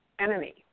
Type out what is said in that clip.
enemy